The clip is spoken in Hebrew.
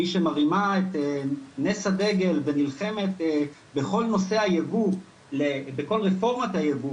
מי שמרימה את נס הדגל ונלחמת בכל נושא ורפורמת הייבוא